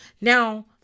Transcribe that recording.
Now